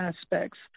aspects